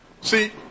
See